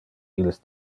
illes